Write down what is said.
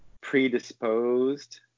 predisposed